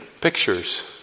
pictures